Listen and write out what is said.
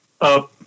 up